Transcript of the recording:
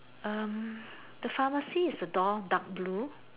um the pharmacy is the door dark blue